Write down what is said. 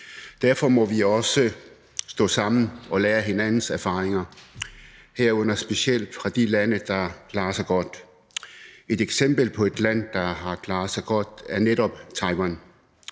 Derfor må vi også stå sammen og lære af hinandens erfaringer, herunder specielt af de lande, der klarer sig godt. Et eksempel på et land, der har klaret sig godt, er netop Taiwan.